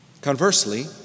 Conversely